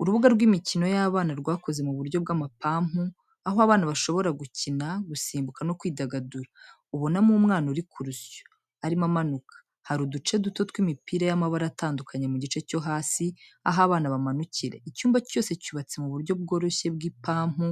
Urubuga rw’imikino y’abana rwakozwe mu buryo bw’amapampu , aho abana bashobora gukina, gusimbuka no kwidagadura. Ubonamo umwana uri ku rusyo, arimo amanuka. hari uduce duto tw’imipira y’amabara atandukanye mu gice cyo hasi aho abana bamanukira. Icyumba cyose cyubatse mu buryo bworoshye bw’ipampu,